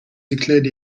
declared